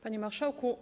Panie Marszałku!